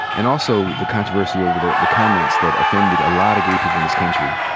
and also the controversy over the the comments that offended a lotta gay people in this country.